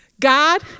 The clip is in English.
God